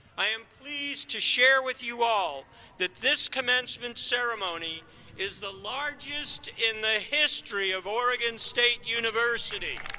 i am pleased to share with you all that this commencement ceremony is the largest in the history of oregon state university!